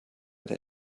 der